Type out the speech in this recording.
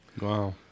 Wow